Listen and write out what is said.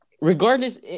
Regardless